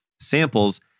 samples